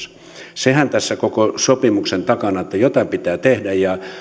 sehän tässä on koko sopimuksen takana että jotain pitää tehdä ja